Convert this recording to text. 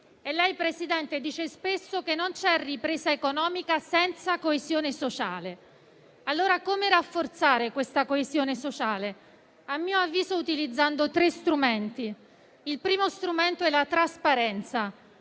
Lei, Presidente, dice spesso che non c'è ripresa economica, senza coesione sociale. Allora come rafforzare questa coesione sociale? A mio avviso, utilizzando tre strumenti. Il primo è la trasparenza